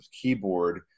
keyboard